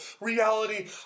reality